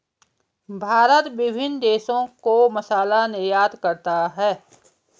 भारत विभिन्न देशों को मसाला निर्यात करता है